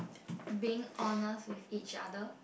being honest with each other